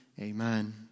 Amen